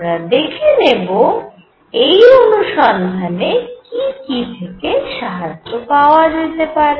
আমরা দেখে নেব এই অনুসন্ধানে কি কি থেকে সাহায্য পাওয়া যেতে পারে